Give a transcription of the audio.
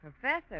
Professor